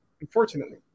Unfortunately